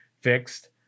fixed